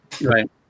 Right